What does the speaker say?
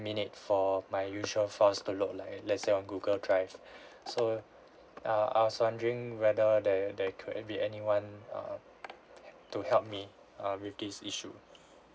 minute for my usual files to load like let's say on Google drive so err I was wondering whether there there could be anyone um to help me uh with this issue